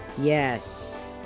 Yes